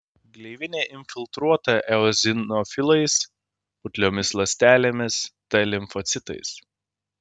gleivinė infiltruota eozinofilais putliomis ląstelėmis t limfocitais